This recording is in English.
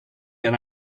and